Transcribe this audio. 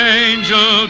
angel